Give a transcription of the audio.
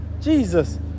Jesus